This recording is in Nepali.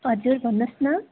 हजुर भन्नुहोस् न